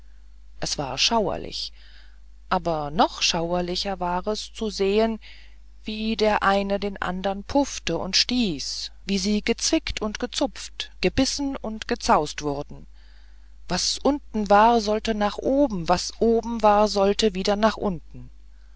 es war schauerlich aber noch schauerlicher war es zu sehen wie der eine den andern puffte und stieß wie sie gezwickt und gezupft gebissen und gezaust wurden was unten war sollte nach oben und was oben war sollte wieder nach unten